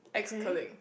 okay